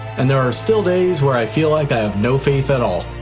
and there are still days where i feel like i have no faith at all.